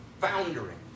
foundering